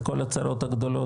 את כל הצרות הגדולות.